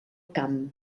camp